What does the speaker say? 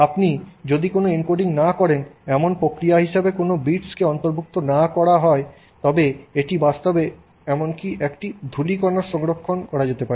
আপনি যদি কোনও এনকোডিং না করেন এমন প্রক্রিয়া হিসাবে কোনও বিটসকে অন্তর্ভুক্ত না করা হয় তবে এটি বাস্তবে এমনকি একটি ধূলিকণার সংরক্ষণ করা যেতে পারে